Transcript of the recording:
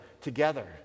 together